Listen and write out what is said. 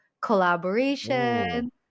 collaboration